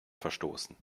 verstoßen